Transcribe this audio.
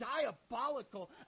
diabolical